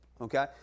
okay